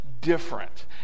different